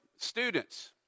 Students